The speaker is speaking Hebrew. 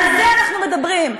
על זה אנחנו מדברים.